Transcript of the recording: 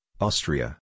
Austria